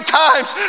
times